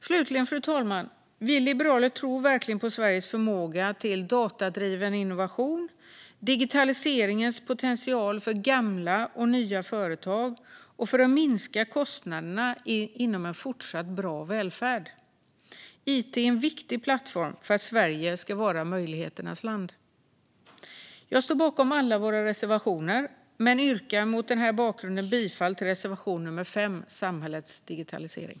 Slutligen, fru talman: Vi liberaler tror verkligen på Sveriges förmåga till datadriven innovation, digitaliseringens potential för gamla och nya företag och för att minska kostnaderna inom en fortsatt bra välfärd. It är en viktig plattform för att Sverige ska vara ett möjligheternas land. Jag står bakom alla våra reservationer men yrkar mot den här bakgrunden bifall enbart till reservation nummer 5, Samhällets digitalisering.